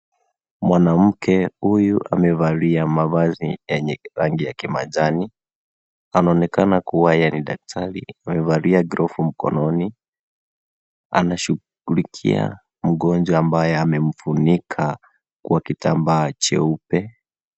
Mwanamke huyu, amevalia mavazi yenye rangi ya kimajani. Anaonekana kuwa yeye ni daktari, amevalia glovu mikononi. Anashughulikia mgonjwa ambaye amemfunika kwa kitambaa cheupe.